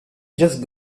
just